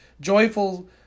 joyful